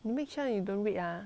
you make sure you don't read ah